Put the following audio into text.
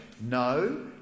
No